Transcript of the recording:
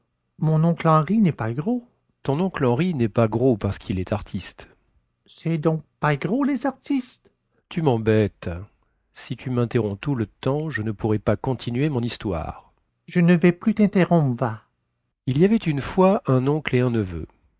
mon oncle henri nest pas gros ton oncle henri nest pas gros parce quil est artiste cest donc pas gros les artistes tu membêtes si tu minterromps tout le temps je ne pourrai pas continuer mon histoire je ne vais plus tinterrompre va il y avait une fois un oncle et un neveu